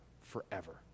forever